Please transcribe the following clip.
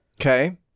Okay